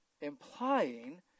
Implying